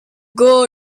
girl